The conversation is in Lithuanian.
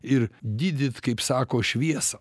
ir didit kaip sako šviesą